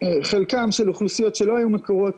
חלקם של אוכלוסיות שלא היו מוכרות